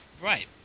Right